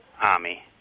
Army